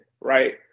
right